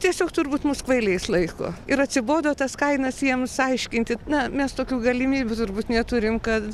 tiesiog turbūt mus kvailiais laiko ir atsibodo tas kainas jiems aiškinti na mes tokių galimybių turbūt neturim kad